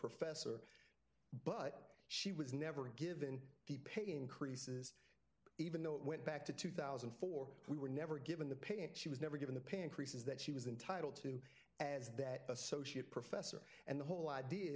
professor but she was never given the pay increases even though it went back to two thousand and four we were never given the pay and she was never given the pay increases that she was entitled to as that associate professor and the whole idea